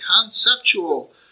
conceptual